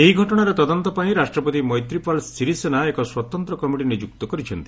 ଏହି ଘଟଣାର ତଦନ୍ତପାଇଁ ରାଷ୍ଟ୍ରପତି ମୈତ୍ରୀପାଳ ସିରିସେନା ଏକ ସ୍ୱତନ୍ତ୍ର କମିଟି ନିଯୁକ୍ତ କରିଛନ୍ତି